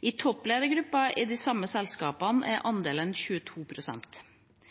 I toppledergruppene i de samme selskapene er andelen